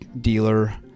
dealer